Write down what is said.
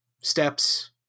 steps